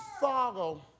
follow